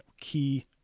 key